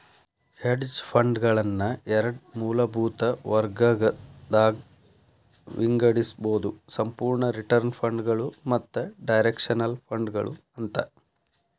hedge ಫಂಡ್ಗಳನ್ನ ಎರಡ್ ಮೂಲಭೂತ ವರ್ಗಗದಾಗ್ ವಿಂಗಡಿಸ್ಬೊದು ಸಂಪೂರ್ಣ ರಿಟರ್ನ್ ಫಂಡ್ಗಳು ಮತ್ತ ಡೈರೆಕ್ಷನಲ್ ಫಂಡ್ಗಳು ಅಂತ